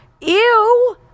ew